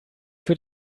für